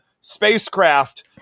spacecraft